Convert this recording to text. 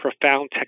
profound